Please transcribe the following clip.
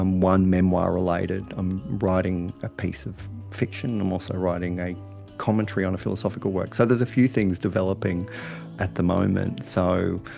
um one memoir related. i'm writing a piece of fiction. i'm also writing a commentary on a philosophical work. so there's a few things developing at the moment. so,